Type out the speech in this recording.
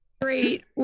Great